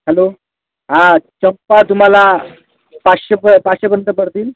hello हां चंपा तुम्हाला पाचशे प पाचशेपर्यंत पडतील